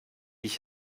ich